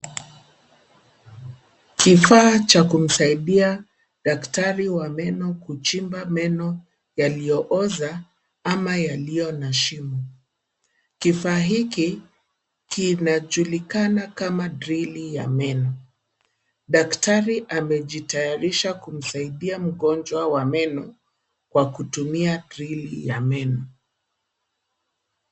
Kifaa cha kumsaidia daktari wa meno kuchimba meno yaliyooza ama yaliyo na shimo .Kifaa hiki kinajulikana kama drili ya meno. Daktari amejitayarisha kumsaidia mgonjwa wa meno kwa kutumia drili ya meno.